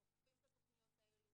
אנחנו אוכפים את התכניות האלה,